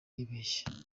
aribeshya